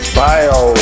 bio